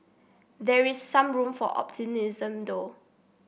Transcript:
there is some room for optimism though